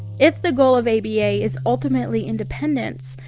if the goal of aba is ultimately independence,